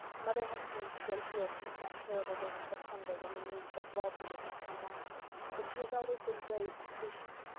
mother has changed a great deal since that terrible day in september when we knew that walter would not come back but she has always been brave and patient.